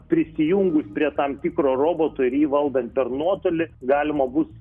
prisijungus prie tam tikro roboto ir jį valdant per nuotolį galima bus